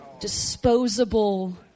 disposable